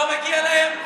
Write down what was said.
לא מגיע להם?